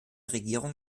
regierung